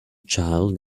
child